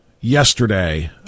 yesterday